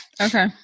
Okay